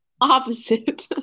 opposite